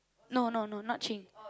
no no no not Jing